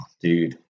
Dude